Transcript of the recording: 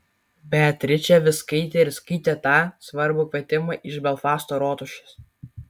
beatričė vis skaitė ir skaitė tą svarbų kvietimą iš belfasto rotušės